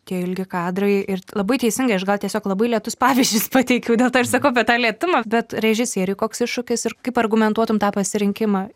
tie ilgi kadrai ir labai teisingai aš gal tiesiog labai lėtus pavyzdžius pateikiu dėl to ir sakau apie tą lėtumą bet režisieriui koks iššūkis ir kaip argumentuotum tą pasirinkimą